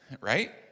right